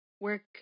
work